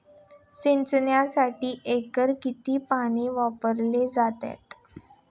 सिंचनासाठी एकरी किती पाणी वापरले जाते?